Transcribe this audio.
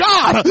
God